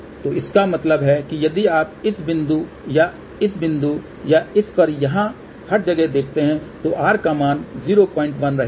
तो इसका मतलब है कि यदि आप इस बिंदु या इस बिंदु या इस पर यहाँ हर जगह देखते हैं तो R का मान 01 रहेगा